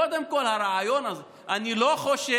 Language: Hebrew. קודם כול, הרעיון הזה, אני לא חושב